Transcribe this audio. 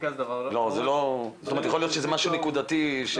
יכול להיות שזה משהו נקודתי?